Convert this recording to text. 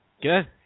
Good